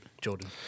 Jordan